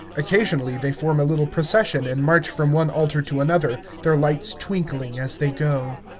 occasionally they form a little procession and march from one altar to another, their lights twinkling as they go.